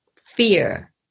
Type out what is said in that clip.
fear